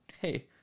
hey